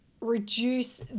reduce